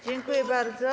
Dziękuję bardzo.